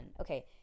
Okay